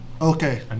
Okay